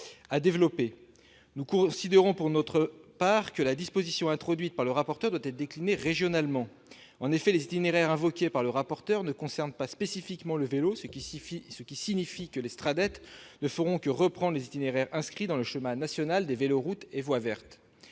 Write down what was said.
à développer. Pour notre part, nous pensons que la disposition introduite par le rapporteur doit être déclinée régionalement. En effet, les itinéraires invoqués par le rapporteur ne concernent pas spécifiquement le vélo, ce qui signifie que les Sraddet ne feront que reprendre les itinéraires inscrits dans le schéma national des véloroutes et voies vertes.